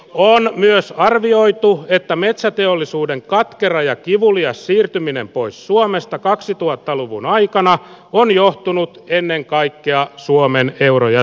on myös arvioitu että metsäteollisuuden katkera ja kivulias siirtyminen pois suomesta kaksituhatta luvun aikana on johtunut ennen kaikkea suomen euro ja